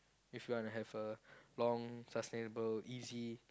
if you wanna have a long sustainable easy